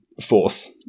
force